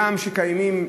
גם שקיימים,